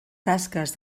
tasques